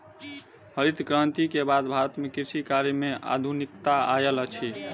हरित क्रांति के बाद भारत में कृषि कार्य में आधुनिकता आयल अछि